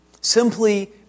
simply